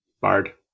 Bard